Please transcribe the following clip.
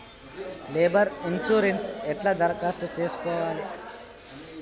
Labour insurance ఎట్ల దరఖాస్తు చేసుకోవాలే?